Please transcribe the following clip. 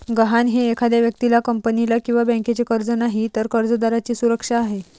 गहाण हे एखाद्या व्यक्तीला, कंपनीला किंवा बँकेचे कर्ज नाही, तर कर्जदाराची सुरक्षा आहे